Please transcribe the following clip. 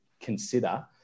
consider